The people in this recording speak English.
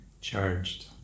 charged